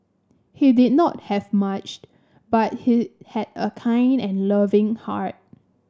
he did not have much but he had a kind and loving heart